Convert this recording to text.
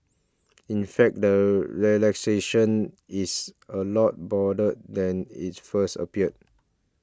in fact the relaxation is a lot broader than it first appears